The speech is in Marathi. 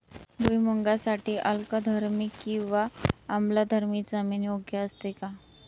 भुईमूगासाठी अल्कधर्मी किंवा आम्लधर्मी जमीन योग्य असते का?